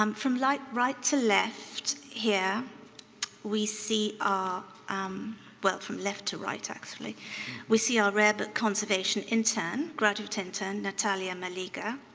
um from like right to left here we see ah um well, from left to left actually we see our rare book conservation intern, graduate intern, natalia malega,